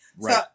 Right